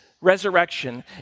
resurrection